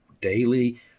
daily